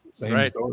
right